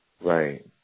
Right